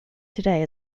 today